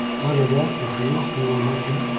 i will walk with you, if you will let me.